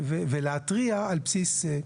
ולהתריע על בסיס זה.